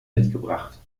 mitgebracht